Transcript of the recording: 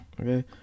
okay